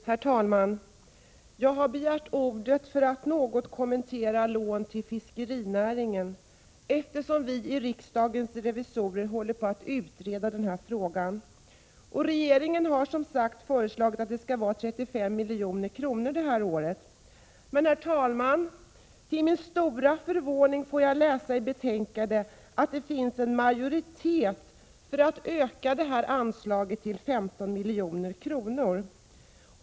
Herr talman! Jag har begärt ordet för att något kommentera frågan om lån till fiskerinäringen, eftersom vi i riksdagens revisorer håller på att utreda den frågan. Regeringen har alltså föreslagit att anslaget till lån till fiskerinäringen för budgetåret 1987/88 skall vara 35 milj.kr. Till min stora förvåning får jag läsa i betänkandet att det finns en majoritet för att öka anslaget med 15 milj.kr.